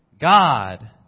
God